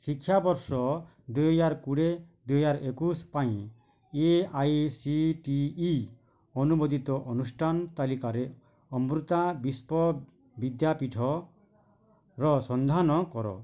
ଶିକ୍ଷାବର୍ଷ ଦୁଇହଜାର କୋଡ଼ିଏ ଦୁଇହଜାର ଏକୋଇଶି ପାଇଁ A I C T E ଅନୁମୋଦିତ ଅନୁଷ୍ଠାନ ତାଲିକାରେ ଅମୃତା ବିଷ୍ପ ବିଦ୍ୟାପୀଠର ସନ୍ଧାନ କର